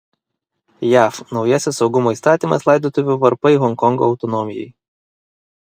jav naujasis saugumo įstatymas laidotuvių varpai honkongo autonomijai